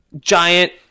giant